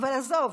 עזוב.